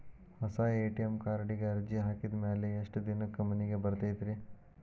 ಹೊಸಾ ಎ.ಟಿ.ಎಂ ಕಾರ್ಡಿಗೆ ಅರ್ಜಿ ಹಾಕಿದ್ ಮ್ಯಾಲೆ ಎಷ್ಟ ದಿನಕ್ಕ್ ಮನಿಗೆ ಬರತೈತ್ರಿ?